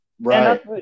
Right